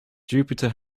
jupiter